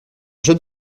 jeune